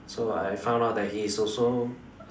so I found out that he is also